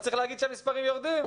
אז צריך להגיד שהמספרים יורדים.